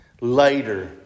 later